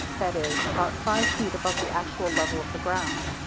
that is, about five feet above the actual level of the ground.